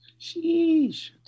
Sheesh